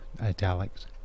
Italics